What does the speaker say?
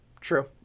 True